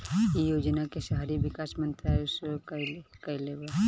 इ योजना के शहरी विकास मंत्रालय शुरू कईले बा